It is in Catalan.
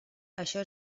això